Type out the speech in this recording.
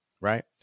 right